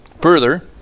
Further